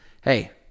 hey